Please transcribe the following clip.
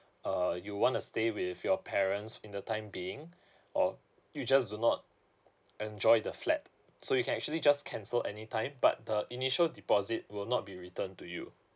uh you want to stay with your parents in the time being or you just do not enjoy the flat so you can actually just cancel anytime but the initial deposit will not be returned to you